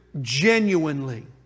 genuinely